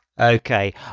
okay